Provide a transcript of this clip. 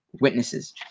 witnesses